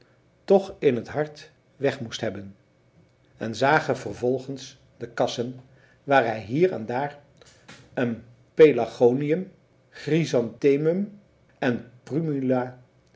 toch in het hart weg moest hebben en zagen vervolgens de kassen waar hij hier en daar een pelargonium chrysanthemum en primula